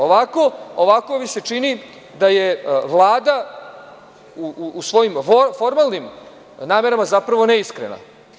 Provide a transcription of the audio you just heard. Ovako mi se čini da je Vlada u svojim formalnim namerama zapravo neiskrena.